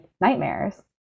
nightmares